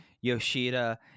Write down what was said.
yoshida